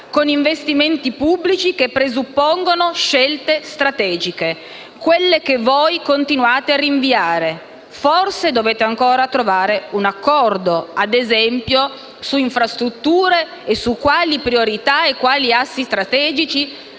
con investimenti pubblici che presuppongono scelte strategiche, quelle che voi continuate a rinviare. Forse dovete ancora trovare un accordo, ad esempio, su infrastrutture e sulle priorità e gli assi strategici